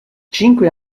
cinque